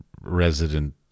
resident